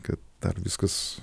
kad dar viskas